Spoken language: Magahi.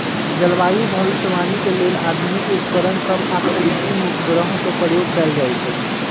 जलवायु भविष्यवाणी के लेल आधुनिक उपकरण सभ आऽ कृत्रिम उपग्रहों के प्रयोग कएल जाइ छइ